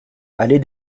allée